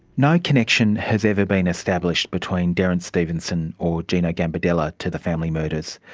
no connection has ever been established between derrance stevenson or gino gambardella to the family murders.